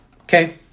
Okay